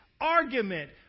argument